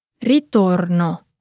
Ritorno